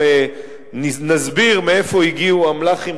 ולאחר מכן גם נסביר מאיפה הגיעו אמל"חים